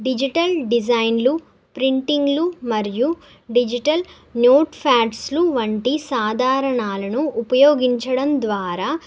digital డిజైన్లు ప్రింటింగ్లు మరియు డిజిటల్ నోట్ఫ్యాడ్స్లు వంటి సాధారణాలను ఉపయోగించడం ద్వారా